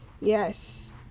Yes